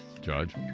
Judge